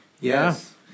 Yes